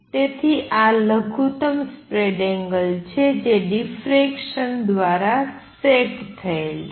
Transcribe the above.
તેથી આ લઘુત્તમ સ્પ્રેડ છે જે ડિફરેકસન દ્વારા સેટ થયેલ છે